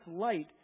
light